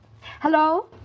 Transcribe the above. Hello